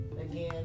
Again